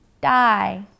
die